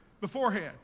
beforehand